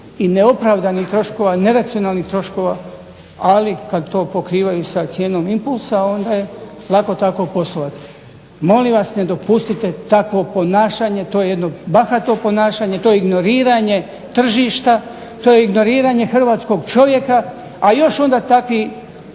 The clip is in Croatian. i neopravdanih troškova, neracionalnih troškova. Ali kad to pokrivaju sa cijenom impulsa onda je lako tako poslovati. Molim vas ne dopustite takvo ponašanje, to je jedno bahato ponašanje. To je ignoriranje tržišta. To je ignoriranje hrvatskog čovjeka, a još onda takvi